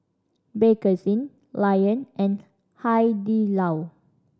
Bakerzin Lion and Hai Di Lao